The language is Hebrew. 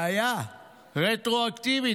בעיה רטרואקטיבית.